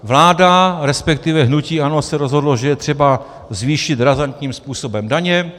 Vláda, respektive hnutí ANO se rozhodlo, že je třeba zvýšit razantním způsobem daně.